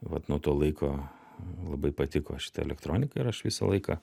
vat nuo to laiko labai patiko šita elektronika ir aš visą laiką